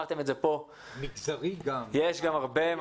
יש גם הרבה מאוד עניינים מגזריים.